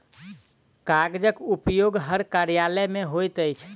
कागजक उपयोग हर कार्यालय मे होइत अछि